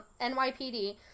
NYPD